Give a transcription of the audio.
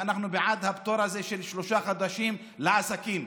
אנחנו בעד הפטור הזה של שלושה חודשים לעסקים.